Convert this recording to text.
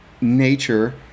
nature